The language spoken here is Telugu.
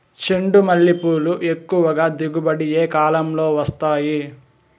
చెండుమల్లి పూలు ఎక్కువగా దిగుబడి ఏ కాలంలో వస్తాయి